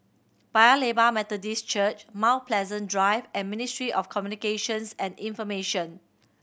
Paya Lebar Methodist Church Mount Pleasant Drive and Ministry of Communications and Information